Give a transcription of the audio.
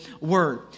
word